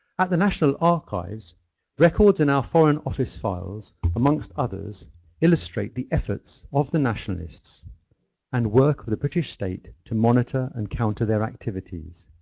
at the national archives records in our foreign office files amongst others illustrate the efforts of the nationalists and work of the british state to monitor and counter their activities.